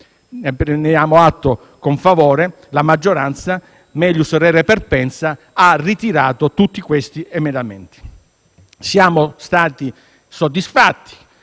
prendiamo atto con favore: la maggioranza, *melius re perpensa*, ha ritirato tutti questi emendamenti. Siamo stati soddisfatti